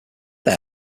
they